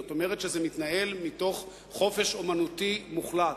זאת אומרת שזה מתנהל מתוך חופש אמנותי מוחלט,